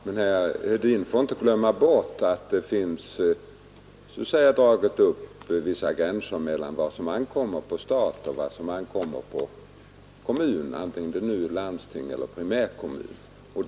Herr talman! Herr Hedin får inte glömma att vissa gränser finns uppdragna för vad som ankommer på stat och vad som ankommer på kommun, antingen det är landsting eller primärkommun.